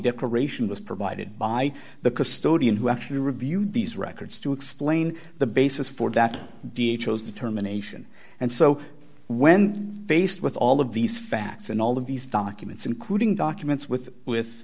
declaration was provided by the custodian who actually reviewed these records to explain the basis for that d h was to turn anation and so when faced with all of these facts and all of these documents including documents with with